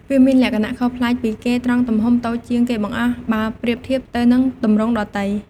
វាមានលក្ខណៈខុសប្លែកពីគេ ត្រង់ទំហំតូចជាងគេបង្អស់ បើប្រៀបធៀបទៅនឹងទម្រង់ដទៃ ។